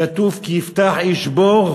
כתוב: "כי יפתח איש בור,